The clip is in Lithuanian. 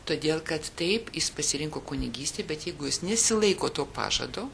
todėl kad taip jis pasirinko kunigystę bet jeigu jis nesilaiko to pažado